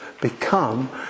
become